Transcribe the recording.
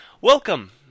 welcome